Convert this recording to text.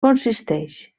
consisteix